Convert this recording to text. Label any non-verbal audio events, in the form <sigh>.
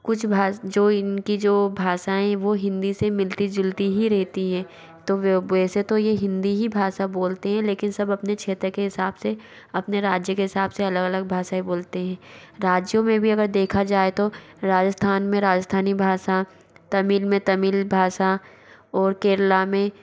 कुछ भाषा जो इनकी जो भाषाएं वो हिन्दी से मिलती जुलती ही रहती हैं तो <unintelligible> वैसे तो ये हिन्दी ही भाषा बोलते हैं लेकिन सब अपने क्षेत्र के हिसाब से अपने राज्य के हिसाब से अलग अलग भाषाएं बोलते हैं राज्यों में भी अगर देखा जाए तो राजस्थान में राजस्थानी भाषा तमिल में तमिल भाषा और केरल में